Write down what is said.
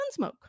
Gunsmoke